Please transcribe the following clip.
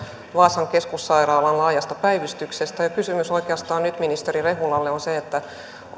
vaasan keskussairaalan laajasta päivystyksestä oikeastaan nyt kysymys ministeri rehulalle on se